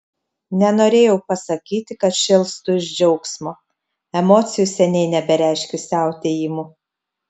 nenorėjau pasakyti kad šėlstu iš džiaugsmo emocijų seniai nebereiškiu siautėjimu